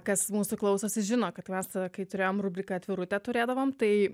kas mūsų klausosi žino kad vasarą kai turėjom rubriką atvirutę turėdavom tai